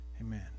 Amen